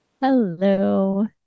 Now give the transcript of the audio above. Hello